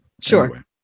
Sure